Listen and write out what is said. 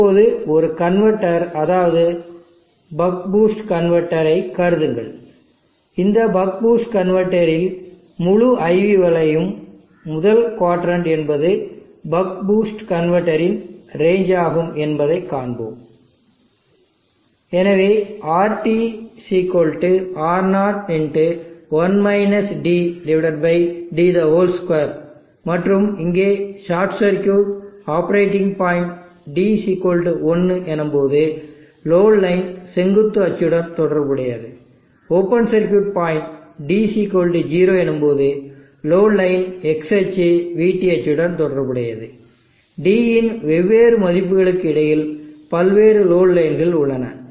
இப்போது ஒரு கன்வெர்ட்டர் அதாவது பக் பூஸ்ட் கன்வெர்ட்டர்r ஐ கருதுங்கள் இந்த பக் பூஸ்ட் கன்வெர்ட்டர் இல் முழு IV வளைவும் முதல் க்வாட்ரெண்ட் என்பது பக் பூஸ்ட் கன்வேர்டர் இன் ரேஞ்ச் ஆகும் என்பதைக் கண்டோம எனவே RT R0d2 மற்றும் இங்கே short circuit operating point d 1 எனும்போது லோடு லைன் செங்குத்து அச்சுடன் தொடர்புடையது ஓபன் சர்க்யூட் பாயிண்ட் d0 எனும்போது லோடு லைன் X அச்சு vT அச்சுடன் தொடர்புடையது d இன் வெவ்வேறு மதிப்புகளுக்கு இடையில் பல்வேறு லோடு லைன்கள் உள்ளன